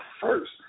first